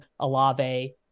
Alave